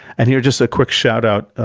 and here, just a quick shout out,